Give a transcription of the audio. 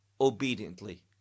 obediently